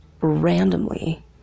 randomly